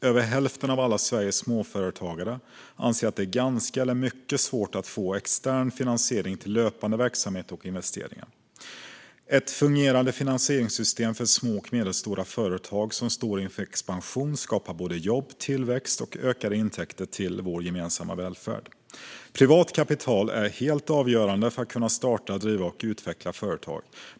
Över hälften av alla Sveriges småföretagare anser att det är ganska eller mycket svårt att få extern finansiering till löpande verksamhet och investeringar. Ett fungerande finansieringssystem för små och medelstora företag som står inför expansion skapar både jobb, tillväxt och ökade intäkter till vår gemensamma välfärd. Privat kapital är helt avgörande för att kunna starta, driva och utveckla företag.